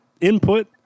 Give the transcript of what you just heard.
input